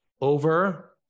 over